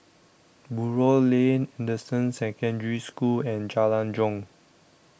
Buroh Lane Anderson Secondary School and Jalan Jong